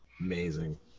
Amazing